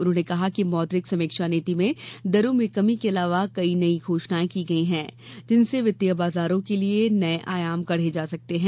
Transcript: उन्होंने कहा कि मौद्रिक समीक्षा नीति में दरों में कमी के अलावा कई नई घोषणाएं की गई हैं जिनसे वित्तीय बाजारों के लिए नए आयाम गढ़े जा सकते हैं